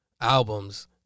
albums